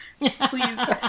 Please